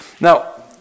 Now